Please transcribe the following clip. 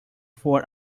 four